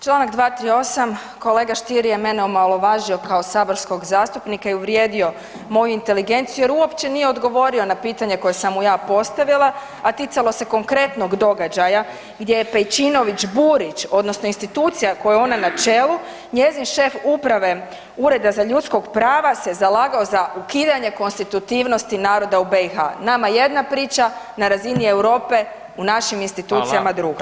Čl. 238.koega STier je mene omalovažio kao saborskog zastupnika i uvrijedio moju inteligenciju jer uopće nije odgovorio na pitanje koje sam mu ja postavila, a ticalo se konkretnog događaja gdje je Pejčinović Burić odnosno institucija kojoj je ona na čelu, njezin šef uprave Ureda za ljudska prava se zalagao za ukidanje konstitutivnosti naroda u BiH, nama jedna priča, na razini Europe u našim institucijama druga.